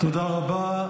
תודה רבה.